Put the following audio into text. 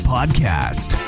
Podcast